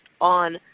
on